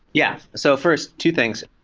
yeah. so first, two things,